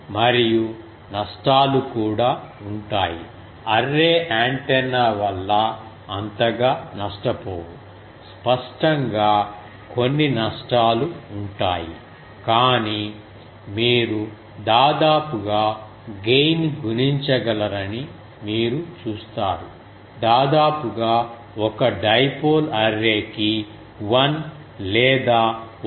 మరియు నష్టాలు కూడా ఉంటాయి అర్రే యాంటెన్నా వల్ల అంతగా నష్టపోవు స్పష్టంగా కొన్ని నష్టాలు ఉంటాయి కానీ మీరు దాదాపుగా గెయిన్ గుణించగలరని మీరు చూస్తారు దాదాపుగా ఒక డైపోల్ అర్రేకి 1 లేదా 1